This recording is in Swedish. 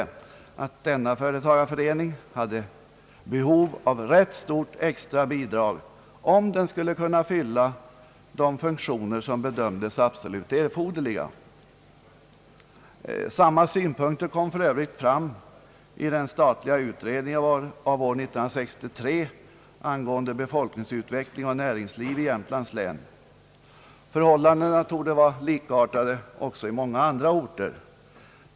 att denna förening hade behov av rätt stort extra bidrag, om den skulle kunna fylla de funktioner som bedömdes vara absolut erforderliga. Samma synpunkter kom för övrigt fram i den statliga utredningen av år 1963 angående befolkningsutveckling och näringsliv i Jämtlands län. Förhållandena torde vara likartade i många andra orter.